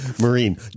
Marine